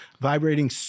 vibrating